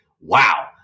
Wow